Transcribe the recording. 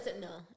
No